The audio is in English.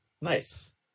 Nice